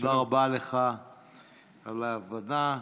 תודה רבה לך על ההבנה.